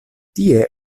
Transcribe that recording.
tie